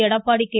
Edappadi K